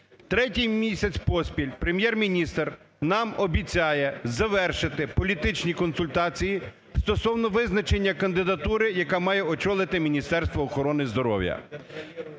Третій місяць поспіль Прем'єр-міністр нам обіцяє завершити політичні консультації стосовно визначення кандидатури, яка має очолити Міністерство охорони здоров'я.